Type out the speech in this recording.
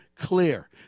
clear